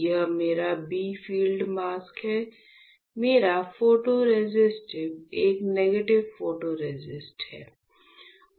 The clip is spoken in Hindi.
यह मेरा बी फील्ड मास्क है मेरा फोटोरेसिस्ट एक नेगेटिव फोटोरेसिस्ट है